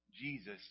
Jesus